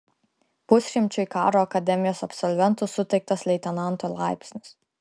pusšimčiui karo akademijos absolventų suteiktas leitenanto laipsnis